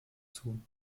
tun